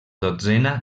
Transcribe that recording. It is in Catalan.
dotzena